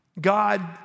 God